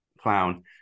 clown